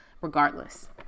regardless